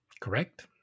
Correct